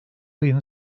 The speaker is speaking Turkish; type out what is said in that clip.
ayın